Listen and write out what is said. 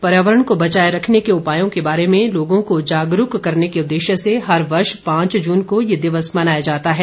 पर्यावरण को बचाये रखने के उपायों के बारे में लोगों को जागरूक करने के उद्देश्य से हर वर्ष पांच जून को यह दिवस मनाया जाता है